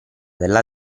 della